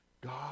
God